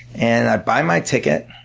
and i buy my ticket,